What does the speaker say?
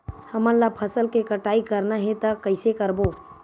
हमन ला फसल के कटाई करना हे त कइसे करबो?